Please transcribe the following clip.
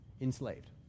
enslaved